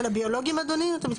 של הביולוגיים אדוני אתה מתכוון?